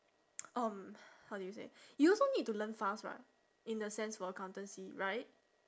um how do you say you also need to learn fast [what] in a sense for accountancy right